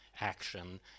action